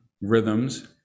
rhythms